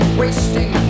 wasting